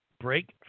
Break